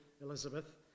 Elizabeth